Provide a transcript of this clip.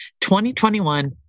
2021